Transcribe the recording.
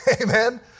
Amen